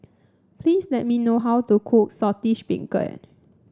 please let me how to cook Saltish Beancurd